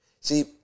See